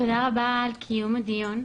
תודה רבה על קיום הדיון.